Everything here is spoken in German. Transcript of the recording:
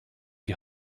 die